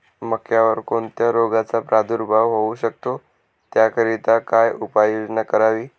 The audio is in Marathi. मक्यावर कोणत्या रोगाचा प्रादुर्भाव होऊ शकतो? त्याकरिता काय उपाययोजना करावी?